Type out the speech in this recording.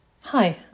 Hi